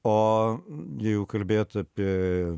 o jeigu kalbėt apie